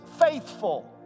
faithful